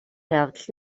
явдал